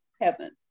heaven